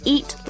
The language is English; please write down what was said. Eat